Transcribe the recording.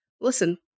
Listen